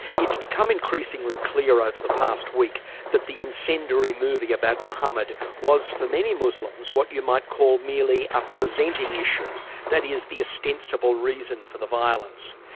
it's become increasingly clear over the past week that the incendiary movie about muhammad was for many muslims, what you might call merely a presenting issue that is, the ostensible reason for the violence.